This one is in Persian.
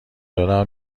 جدا